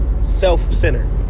self-centered